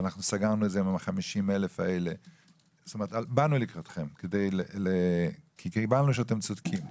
סגרנו את זה ב-50,000 אלה כלומר באו לקראתכם כי הבנו שאתם צודקים.